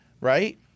Right